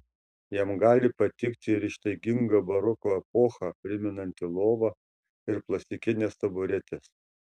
jam gali patikti ir ištaiginga baroko epochą primenanti lova ir plastikinės taburetės